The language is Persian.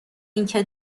اینکه